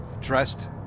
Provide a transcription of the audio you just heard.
dressed